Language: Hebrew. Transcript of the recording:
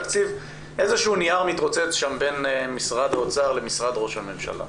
איזשהו נייר יש שם בין משרד האוצר למשרד ראש הממשלה.